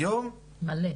היום --- מלא.